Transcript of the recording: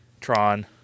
Tron